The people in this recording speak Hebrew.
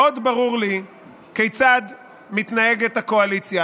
מאוד ברור לי כיצד מתנהגת הקואליציה.